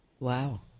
Wow